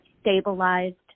stabilized